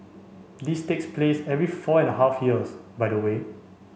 this takes place every four and a half years by the way